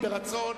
אלקטרוני, ברצון.